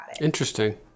interesting